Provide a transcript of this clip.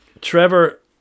Trevor